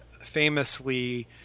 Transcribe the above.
famously